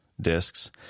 discs